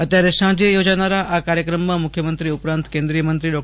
અત્યારે સાંજે યોજાનારા આ કાર્યક્રમાં મુખ્યમંત્રી ઉપરાંત કેન્દ્રિયમંત્રી ડૉ